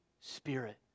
Spirit